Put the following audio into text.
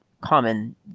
common